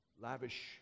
Lavish